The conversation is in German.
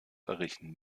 errichten